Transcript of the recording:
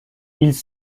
ils